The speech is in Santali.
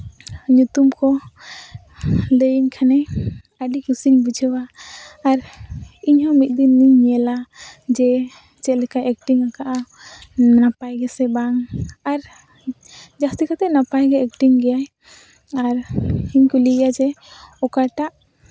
ᱧᱩᱛᱩᱢ ᱠᱚᱢ ᱞᱟᱹᱭᱟᱹᱧ ᱠᱷᱟᱱᱮᱢ ᱟᱹᱰᱤ ᱠᱩᱥᱤᱧ ᱵᱩᱡᱷᱟᱹᱣᱟ ᱟᱨ ᱤᱧᱦᱚᱸ ᱢᱤᱫ ᱫᱤᱱ ᱫᱚᱧ ᱧᱮᱞᱟ ᱡᱮ ᱪᱮᱫ ᱞᱮᱠᱟᱭ ᱮᱠᱴᱤᱝ ᱠᱟᱜᱼᱟ ᱱᱟᱯᱟᱭ ᱜᱮᱥᱮ ᱵᱟᱝ ᱟᱨ ᱡᱟᱹᱥᱛᱤ ᱠᱟᱛᱮ ᱱᱟᱯᱟᱭ ᱜᱮ ᱮᱠᱴᱤᱝ ᱜᱮᱭᱟᱭ ᱟᱨ ᱤᱧ ᱠᱩᱞᱤᱭᱮᱭᱟ ᱡᱮ ᱚᱠᱟᱴᱟᱜ